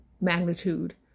magnitude